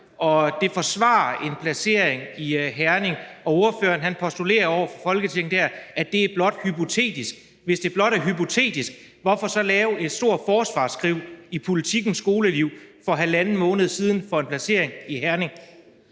og det forsvarer en placering i Herning, og ordføreren postulerer over for Folketinget, at det blot er hypotetisk. Hvis det blot er hypotetisk, hvorfor så lave et stort forsvarsskriv i Politiken Skoleliv for halvanden måned siden for en placering i Herning?